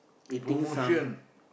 promotion